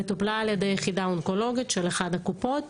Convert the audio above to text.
היא טופלה על ידי היחידה האונקולוגית של אחת הקופות.